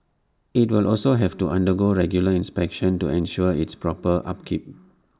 IT will also have to undergo regular inspections to ensure its proper upkeep